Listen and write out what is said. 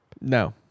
No